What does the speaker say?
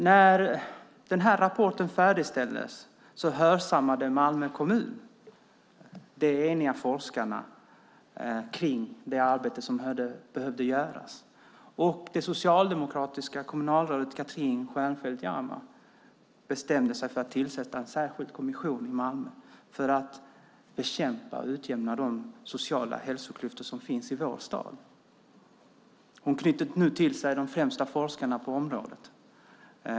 När den här rapporten färdigställdes hörsammade Malmö kommun de eniga forskarna kring det arbete som behövde göras. Det socialdemokratiska kommunalrådet Katrin Stjernfeldt Jammeh bestämde sig för att tillsätta en särskild kommission i Malmö för att bekämpa och utjämna de sociala hälsoklyftor som finns i vår stad. Hon knyter nu till sig de främsta forskarna på området.